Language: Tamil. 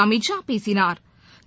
அமித்ஷா பேசிணா்